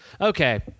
Okay